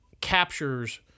captures